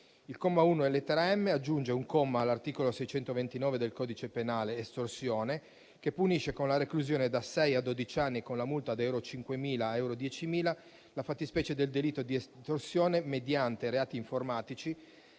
Il comma 1, lettera *m)*, aggiunge un comma all'articolo 629 del codice penale (estorsione) che punisce con la reclusione da sei a dodici anni e con la multa da euro 5.000 a euro 10.000 la fattispecie del delitto di estorsione mediante reati informatici